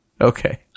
Okay